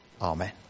Amen